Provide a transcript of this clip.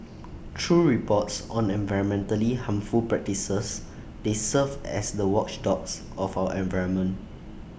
through reports on environmentally harmful practices they serve as the watchdogs of our environment